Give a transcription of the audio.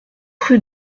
rue